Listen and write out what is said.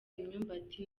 imyumbati